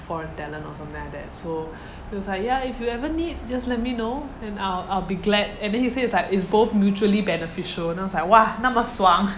foreign tenant or something like that so he was like ya if you ever need just let me know and I'll I'll be glad and then he say is like is both mutually beneficial then I was like !wah! 那么爽